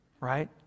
Right